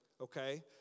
Okay